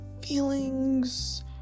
feelings